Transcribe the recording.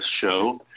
show